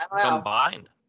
Combined